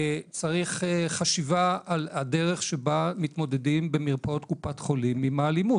צריך חשיבה על הדרך שבה מתמודדים במרפאות קופת חולים עם האלימות.